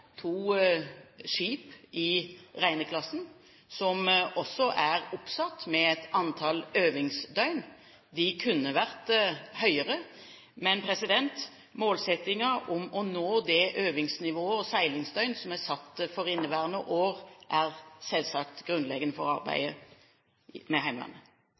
to skip i Reine-klassen, som også er oppsatt med et antall øvingsdøgn. Antallet kunne vært høyere, men målsettingen, å nå det øvingsnivået og de seilingsdøgn som er satt for inneværende år, er selvsagt grunnleggende for arbeidet med Heimevernet.